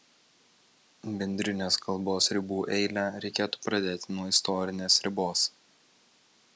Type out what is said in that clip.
bendrinės kalbos ribų eilę reikėtų pradėti nuo istorinės ribos